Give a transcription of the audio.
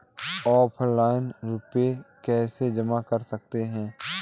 Offline रुपये कैसे जमा कर सकते हैं?